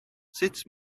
sut